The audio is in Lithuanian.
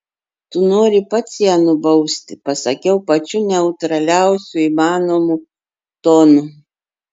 tu nori pats ją nubausti pasakiau pačiu neutraliausiu įmanomu tonu